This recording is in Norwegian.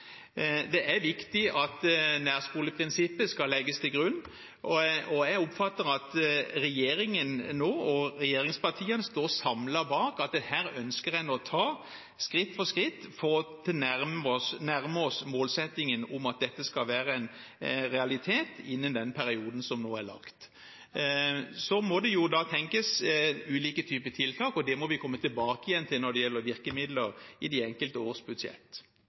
Det er viktig at nærskoleprinsippet legges til grunn, og jeg oppfatter at regjeringen og regjeringspartiene nå står samlet bak at en ønsker å ta skritt for skritt for å nærme seg målsettingen om at dette skal være en realitet innen den perioden som nå er lagt. Så må det tenkes ulike typer tiltak når det gjelder virkemidler, og det må vi komme tilbake til i de enkelte årsbudsjett. Det at veikartet for universell utforming ble utsatt i